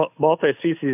multi-species